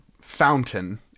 fountain